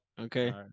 okay